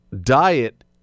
diet